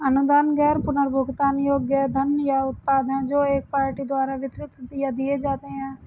अनुदान गैर पुनर्भुगतान योग्य धन या उत्पाद हैं जो एक पार्टी द्वारा वितरित या दिए जाते हैं